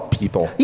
people